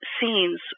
scenes